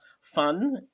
fun